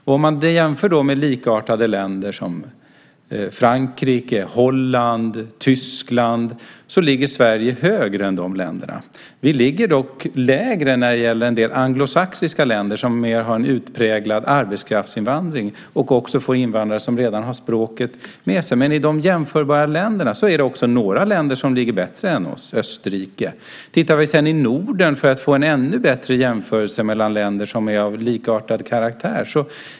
Om vi jämför med likartade länder som Frankrike, Holland och Tyskland ligger Sverige högre än de länderna. Vi ligger dock lägre när det gäller en del anglosaxiska länder som har en mer utpräglad arbetskraftsinvandring och också får invandrare som redan har språket med sig. Men bland de jämförbara länderna finns också några länder som ligger bättre än vi, till exempel Österrike. Låt oss sedan titta på Norden, för att få en ännu bättre jämförelse mellan länder som är av likartad karaktär.